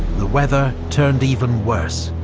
the weather turned even worse,